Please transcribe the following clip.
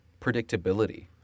predictability